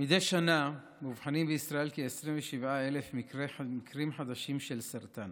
מדי שנה מאובחנים בישראל כ-27,000 מקרים חדשים של סרטן.